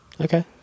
Okay